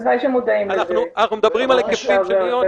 אנחנו מדברים על היקפים של מיליונים.